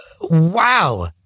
Wow